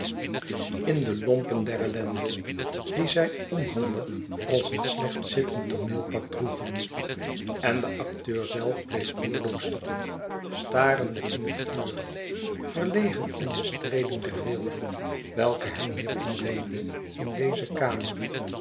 in de lompen der ellende die zij onhandig als een slecht zittend tooneelpak droegen en de acteur zelf bleef roerloos zitten starende in het vuur verlegen in de streeling der weelde welke hem hier omringde in deze kamer